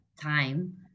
time